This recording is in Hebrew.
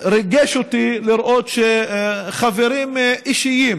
ריגש אותי לראות שחברים אישיים